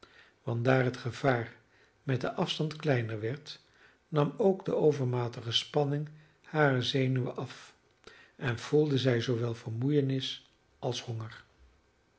want daar het gevaar met den afstand kleiner werd nam ook de overmatige spanning harer zenuwen af en voelde zij zoowel vermoeienis als honger